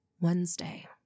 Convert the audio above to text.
Wednesday